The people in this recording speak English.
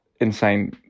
insane